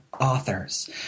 authors